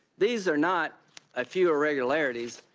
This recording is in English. these are not a few irregularities,